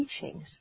teachings